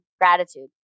gratitude